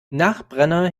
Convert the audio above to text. nachbrenner